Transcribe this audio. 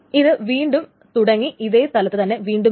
ഇത് വീണ്ടും തുടങ്ങി ഇതേ സ്ഥലത്ത് തന്നെ വീണ്ടും വരും